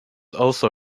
also